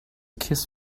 kiss